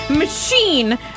machine